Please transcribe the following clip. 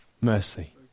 mercy